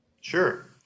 Sure